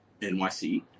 NYC